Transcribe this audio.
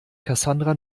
cassandra